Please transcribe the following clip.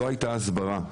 לא הייתה הסברה.